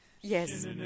Yes